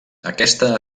aquesta